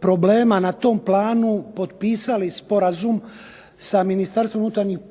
problema na tom planu potpisali sporazum sa Ministarstvom unutarnjih